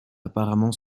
apparemment